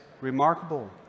remarkable